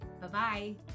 Bye-bye